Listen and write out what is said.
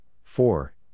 four